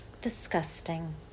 Disgusting